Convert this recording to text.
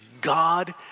God